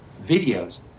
videos